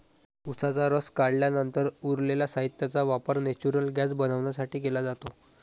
उसाचा रस काढल्यानंतर उरलेल्या साहित्याचा वापर नेचुरल गैस बनवण्यासाठी केला जातो